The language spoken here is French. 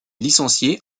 licencié